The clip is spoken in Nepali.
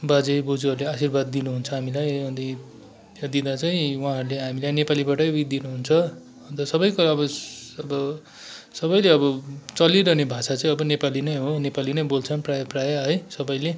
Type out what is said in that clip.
बाजेबोजुहरूले आशीर्वाद दिनुहुन्छ हामीलाई अन्त त्यहाँ दिँदा चाहिँ उहाँहरूले हामीलाई नेपालीबाटै उयो दिनुहुन्छ अन्त सबैको अब अब सबैले अब चलिरहने भाषा चाहिँ अब नेपाली नै हो नेपाली नै बोल्छन् प्रायः प्रायः है सबैले